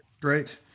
great